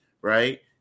Right